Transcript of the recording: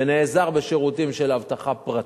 ונעזר בשירותים של אבטחה פרטית.